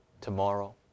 tomorrow